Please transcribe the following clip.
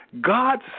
God